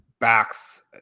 backs